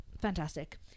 Fantastic